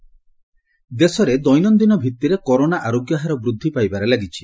Covid status ଦେଶରେ ଦେନନ୍ଦିନ ଭିତ୍ତିରେ କରୋନା ଆରୋଗ୍ୟ ହାର ବୃଦ୍ଧି ପାଇବାରେ ଲାଗିଛି